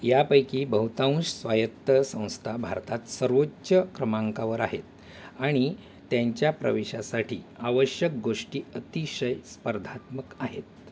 यांपैकी बहुतांश स्वायत्त संस्था भारतात सर्वोच्च क्रमांकावर आहेत आणि त्यांच्या प्रवेशासाठी आवश्यक गोष्टी अतिशय स्पर्धात्मक आहेत